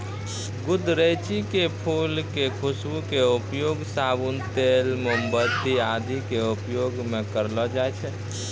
गुदरैंची के फूल के खुशबू के उपयोग साबुन, तेल, मोमबत्ती आदि के उपयोग मं करलो जाय छै